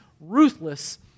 ruthless